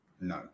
No